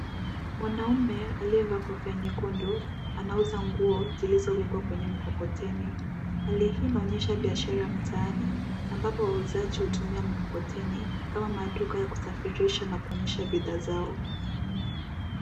Mwanaume aliyevaa kofia nyekundu anauza nguo zilizowekwa kwenye mkokoteni. Hali hii inaonyesha biashara mtaani, ambapo wauzaji hutumia mikokoteni kama maduka ya kusafirisha na kuonyesha bidhaa zao.